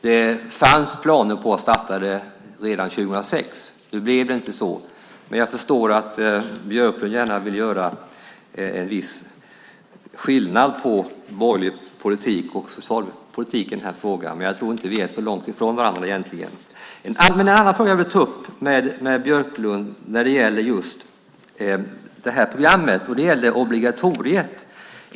Det fanns planer på att starta redan 2006. Nu blev det inte så, men jag förstår att Björklund gärna vill göra viss åtskillnad mellan borgerlig politik och socialdemokratisk politik i den här frågan. Jag tror inte att vi är så långt ifrån varandra egentligen. En annan fråga jag vill ta upp med Björklund gäller obligatoriet.